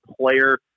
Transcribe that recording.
player